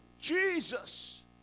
Jesus